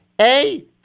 A-